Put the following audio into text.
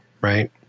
right